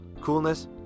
coolness